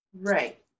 Right